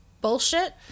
bullshit